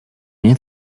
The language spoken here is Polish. nie